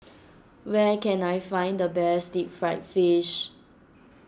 where can I find the best Deep Fried Fish